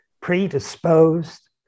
predisposed